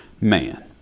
man